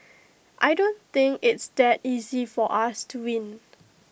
I don't think it's that easy for us to win